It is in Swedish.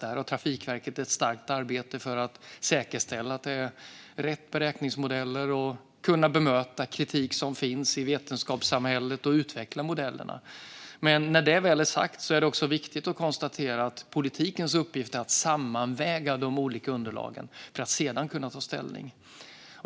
Här har Trafikverket ett viktigt arbete att säkerställa att det är rätt beräkningsmodeller, kunna bemöta kritik som finns i vetenskapssamhället och utveckla modellerna. Men med detta sagt är det också viktigt att konstatera att politikens uppgift är att sammanväga de olika underlagen för att sedan kunna ta ställning.